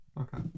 Okay